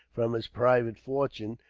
from his private fortune,